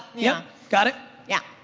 yeah, got it? yeah.